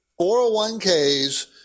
401ks